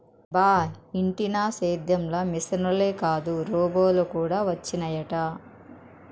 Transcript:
బా ఇంటినా సేద్యం ల మిశనులే కాదు రోబోలు కూడా వచ్చినయట